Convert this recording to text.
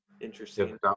interesting